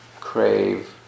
crave